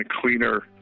cleaner